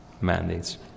mandates